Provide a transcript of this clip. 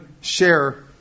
share